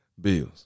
bills